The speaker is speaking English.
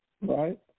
right